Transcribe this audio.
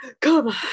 come